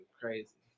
crazy